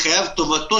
והיושב-ראש פתח בזה,.